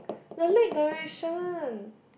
the lake direction